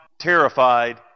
terrified